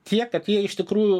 tiek kad jie iš tikrųjų